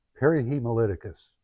perihemolyticus